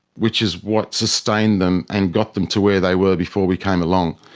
which is what sustained them and got them to where they were before we came along.